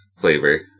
flavor